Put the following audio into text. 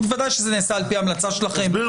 בוודאי שזה נעשה על פי המלצה שלכם.